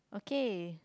okay